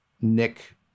Nick